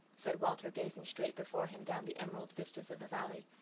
said walter, gazing straight before him down the emerald vistas of the valley,